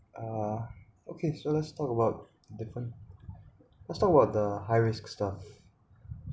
uh okay so let's talk about different let's talk about the high risk stuff